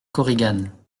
korigane